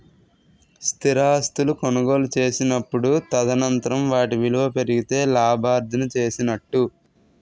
స్థిరాస్తులు కొనుగోలు చేసినప్పుడు తదనంతరం వాటి విలువ పెరిగితే లాభార్జన చేసినట్టు